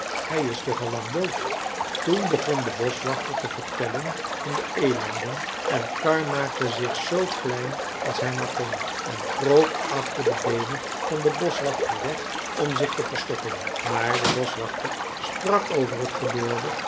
hij is toch al lang dood toen begon de boschwachter te vertellen van de elanden en karr maakte zich zoo klein als hij maar kon en kroop achter de beenen van den boschwachter weg om zich te verstoppen maar de boschwachter sprak over het gebeurde